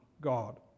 God